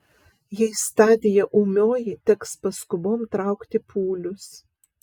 jei stadija ūmioji teks paskubom traukti pūlius